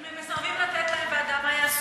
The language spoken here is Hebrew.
אם הם מסרבים לתת להן ועדה, מה יעשו?